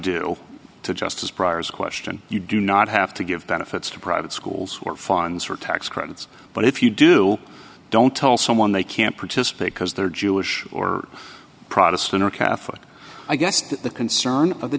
do to just as priors a question you do not have to give benefits to private schools or funds or tax credits but if you do don't tell someone they can't participate because they're jewish or protestant or catholic i guess the concern of the